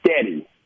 steady